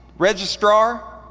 registrar.